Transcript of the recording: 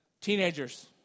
Teenagers